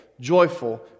joyful